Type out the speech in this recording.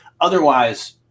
Otherwise